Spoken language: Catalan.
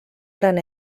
gran